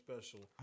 special